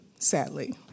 Sadly